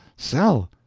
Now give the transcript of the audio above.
sell!